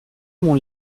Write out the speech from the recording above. mon